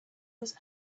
was